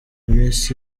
miss